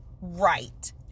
right